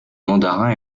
mandarin